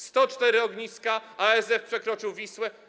104 ogniska, ASF przekroczył Wisłę.